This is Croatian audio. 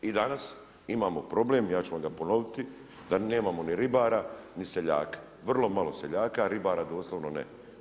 I danas imamo problem, ja ću vam ga ponoviti da nemamo ni ribara ni seljaka, vrlo malo seljaka a ribara doslovno ne.